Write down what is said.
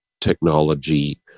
technology